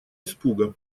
испуга